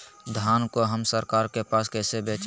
धान को हम सरकार के पास कैसे बेंचे?